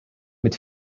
mit